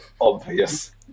obvious